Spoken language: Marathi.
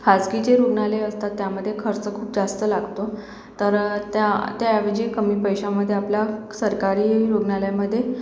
खाजगी जे रुग्णालयं असतात त्यामध्ये खर्च खूप जास्त लागतो तर त्या त्याऐवजी कमी पैश्यामध्ये आपला सरकारी रुग्णालयमधे